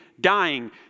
dying